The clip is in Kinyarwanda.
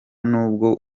n’ubwo